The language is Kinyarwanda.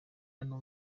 hano